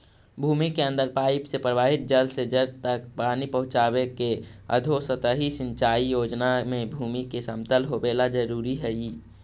भूमि के अंदर पाइप से प्रवाहित जल से जड़ तक पानी पहुँचावे के अधोसतही सिंचाई योजना में भूमि के समतल होवेला जरूरी हइ